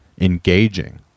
engaging